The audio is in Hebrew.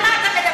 על מה אתה מדבר?